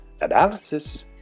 analysis